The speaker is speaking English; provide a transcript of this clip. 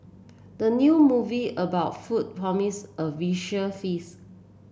the new movie about food promises a visual feast